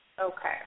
Okay